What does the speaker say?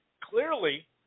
Clearly